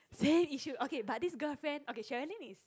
staying Yishun okay but this girlfriend okay Sherilyn is